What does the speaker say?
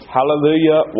Hallelujah